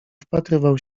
wpatrywał